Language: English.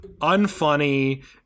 unfunny